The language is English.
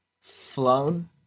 flown